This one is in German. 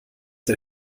der